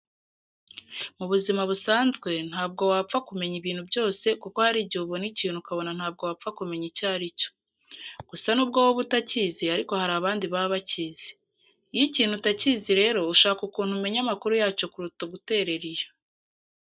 Mu buzima busanzwe ntabwo wapfa kumenya ibintu byose kuko hari igihe ubona ikintu ukabona ntabwo wapfa kumenya icyo ari cyo. Gusa nubwo wowe uba utakizi ariko hari abandi baba bakizi. Iyo ikintu utakizi rero ushaka ukuntu umenya amakuru yacyo kuruta guterera iyo.